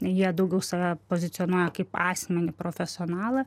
jie daugiau save pozicionuoja kaip asmenį profesionalą